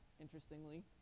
interestingly